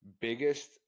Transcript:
biggest